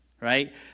right